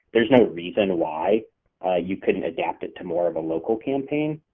there's no reason why you couldn't adapt it to more of a local campaign